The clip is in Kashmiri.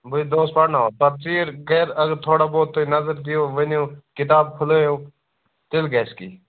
بہٕ چھُس دۅہَس پَرناوان پَتہٕ ژیٖر گَرِ اَگر تھوڑا بہت تُہۍ نطر دِیِو ؤنِو کِتاب کُھلاوِو تیٚلہِ گژھِ کیٚنٛہہ